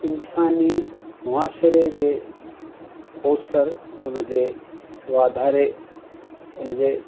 इंसानी मुआशरे जे अवसर उन जे वाधारे उन जे